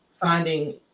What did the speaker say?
finding